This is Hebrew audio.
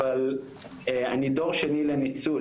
אבל אני דור שני לניצול,